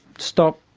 stop,